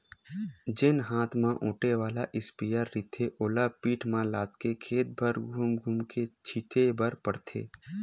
जेन हात म ओटे वाला इस्पेयर रहिथे ओला पीठ म लादके खेत भर धूम धूम के छिते बर परथे